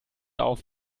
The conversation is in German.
auf